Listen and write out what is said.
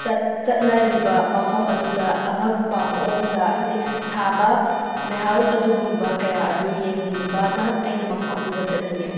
ꯆꯠꯅꯔꯤꯕ ꯃꯐꯝ ꯑꯗꯨꯗ ꯑꯉꯛꯄ ꯃꯑꯣꯡꯗ ꯍꯥꯏꯕꯗꯤ ꯁꯥꯕ ꯃꯍꯜ ꯑꯗꯨꯒꯨꯝꯕ ꯀꯌꯥ ꯑꯗꯨ ꯌꯦꯡꯅꯤꯡꯕꯅ ꯑꯩꯅ ꯃꯐꯝ ꯑꯗꯨꯗ ꯆꯠꯅꯤꯡꯉꯦ